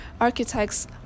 architects